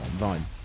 online